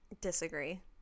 Disagree